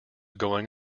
going